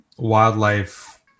wildlife